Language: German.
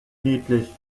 niedlich